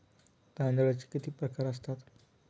तांदळाचे किती प्रकार असतात?